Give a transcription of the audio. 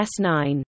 S9